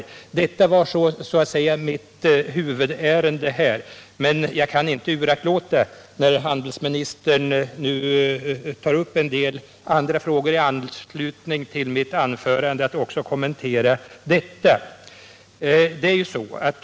Jag har med detta redovisat den huvudsakliga anledningen till mitt genmäle. Men eftersom handelsministern tog upp en del andra frågor i anslutning till mitt anförande, kan jag inte underlåta att också kommentera dessa.